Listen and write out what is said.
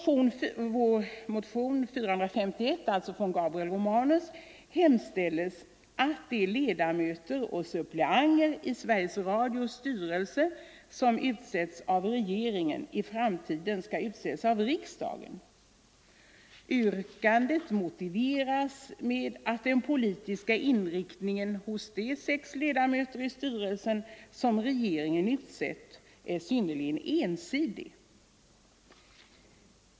I vår motion 451 — alltså från herr Gabriel Romanus — hemställes att ledamöter och suppleanter i Sveriges Radios styrelse som utses av regeringen i framtiden skall utses av riksdagen. Yrkandet motiveras med att den politiska inriktningen hos de sex ledamöter i styrelsen som regeringen utsett är synnerligen ensidig.